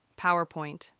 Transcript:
PowerPoint